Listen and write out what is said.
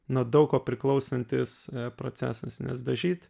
nuo daug ko priklausantis procesas nes dažyt